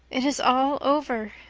it is all over,